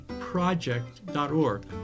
project.org